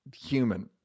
Human